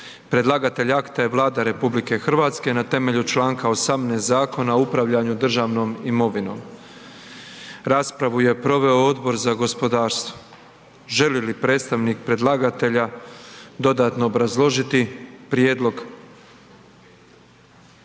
Predlagatelj akta je Vlada RH na temelju članka 18. Zakona o upravljanju državnom imovinom. Raspravu je proveo Odbor za gospodarstvo. Želi li predstavnik predlagatelja dodatno obrazložiti prijedlog?